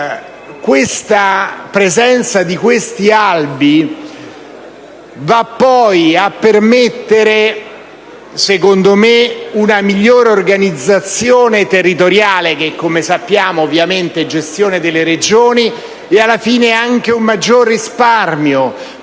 La presenza di questi albi poi permetterà, secondo me, una migliore organizzazione territoriale (che - come sappiamo - ovviamente è gestione delle Regioni) e alla fine anche un maggiore risparmio.